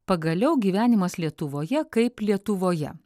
pagaliau gyvenimas lietuvoje kaip lietuvoje